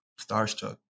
Starstruck